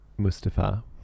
Mustafa